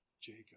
Jacob